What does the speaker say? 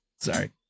Sorry